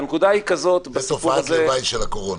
זאת תופעת לוואי של הקורונה.